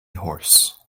horse